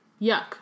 Yuck